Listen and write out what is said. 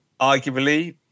arguably